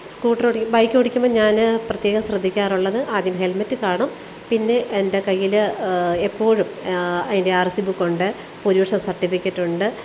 സ്കൂട്ടറോടിക്കുമ്പോൾ ബൈക്കോടിക്കുമ്പം ഞാൻ പ്രത്യേകം ശ്രദ്ധിക്കാറുള്ളത് ആദ്യം ഹെൽമറ്റ് കാണും പിന്നെ എൻ്റെ കയ്യിൽ എപ്പോഴും അതിൻ്റെ ആർ സി ബുക്കുണ്ട് പൊല്യൂഷൻ സർട്ടിഫിക്കറ്റുണ്ട്